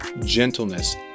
gentleness